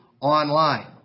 online